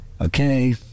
okay